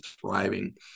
thriving